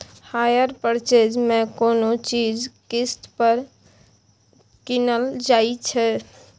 hire purchase मे कोनो चीज किस्त पर कीनल जाइ छै